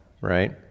right